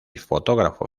fotógrafo